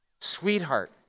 sweetheart